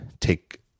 take